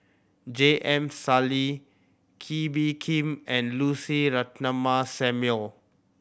J M Sali Kee Bee Khim and Lucy Ratnammah Samuel